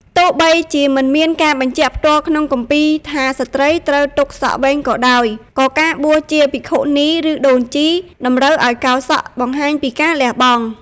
ទោះបីជាមិនមានការបញ្ជាក់ផ្ទាល់ក្នុងគម្ពីរថា ស្ត្រីត្រូវទុកសក់វែងក៏ដោយ ក៏ការបួសជាភិក្ខុនីឬដូនជីតម្រូវឲ្យកោរសក់បង្ហាញពីការលះបង់។